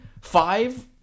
five